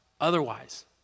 Otherwise